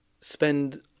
spend